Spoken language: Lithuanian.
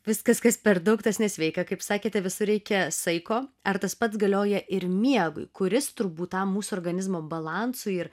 viskas kas per daug tas nesveika kaip sakėte visur reikia saiko ar tas pats galioja ir miegui kuris turbūt tam mūsų organizmo balansui ir